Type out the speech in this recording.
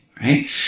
right